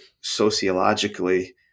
sociologically